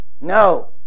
No